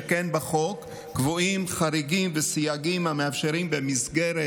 שכן בחוק קבועים חריגים וסייגים המאפשרים במסגרת